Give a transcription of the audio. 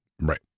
Right